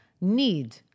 need